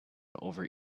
over